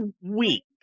week